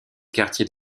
quartier